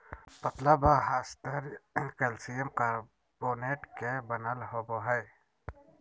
पतला बाह्यस्तर calcium carbonate के बनल होबो हइ